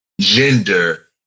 gender